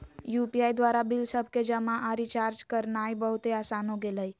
UPI द्वारा bill सभके जमा आऽ रिचार्ज करनाइ बहुते असान हो गेल हइ